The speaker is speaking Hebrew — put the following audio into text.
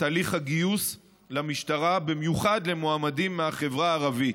הליך הגיוס למשטרה במיוחד למועמדים מהחברה הערבית,